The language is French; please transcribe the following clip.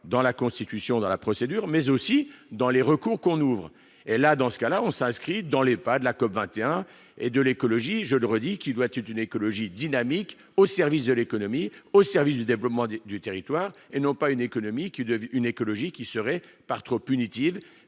dans la Constitution dans la procédure, mais aussi dans les recours qu'on ouvre L à, dans ce cas-là, on s'inscrit dans les pas de la COP 21 et de l'écologie, je le redis, qui doit une écologie dynamique au service de l'économie au service du développement du du territoire, et non pas une économie qui devient une